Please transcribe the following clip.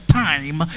time